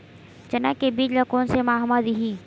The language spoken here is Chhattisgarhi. चना के बीज ल कोन से माह म दीही?